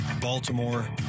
Baltimore